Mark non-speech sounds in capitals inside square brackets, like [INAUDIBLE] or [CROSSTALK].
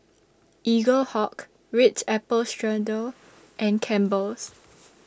Eaglehawk Ritz Apple Strudel [NOISE] and Campbell's